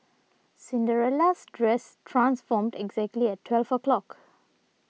Cinderella's dress transformed exactly at twelve o' clock